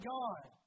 God